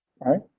right